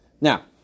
Now